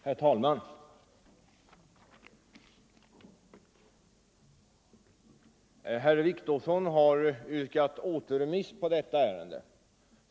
Herr talman! Herr Wictorsson har yrkat återremiss av detta ärende.